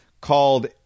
called